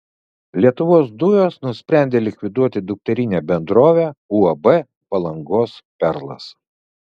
lietuvos dujos nusprendė likviduoti dukterinę bendrovę uab palangos perlas